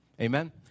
Amen